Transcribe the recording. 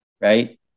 right